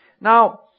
Now